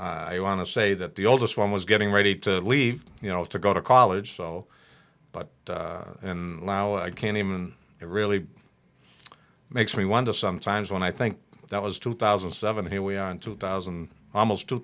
i want to say that the oldest one was getting ready to leave you know to go to college so but and lao i can't even it really makes me wonder sometimes when i think that was two thousand and seven here we are in two thousand and almost two